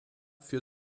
für